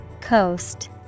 Coast